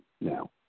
now